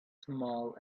small